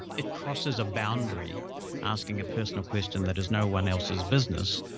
it crosses a boundary asking a personal question that is no one else's business.